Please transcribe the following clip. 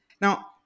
Now